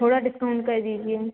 थोड़ा डिस्काउंट कर दीजिए